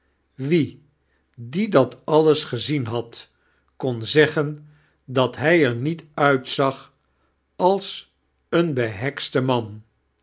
wie die dat alias gezien had kon zeggen dat hij er niet uitzag als een bethekste man